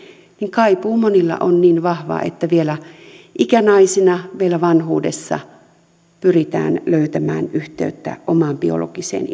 kaipuu on monilla niin vahvaa että vielä ikänaisina vielä vanhuudessa pyritään löytämään yhteyttä omaan biologiseen